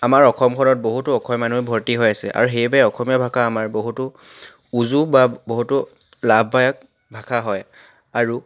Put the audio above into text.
আমাৰ অসমখনত বহুতো অসমীয়া মানুহে ভৰ্তি হৈ আছে আৰু সেইবাবে অসমীয়া ভাষা আমি বহুতো উজু বা বহুতো লাভদায়ক ভাষা হয় আৰু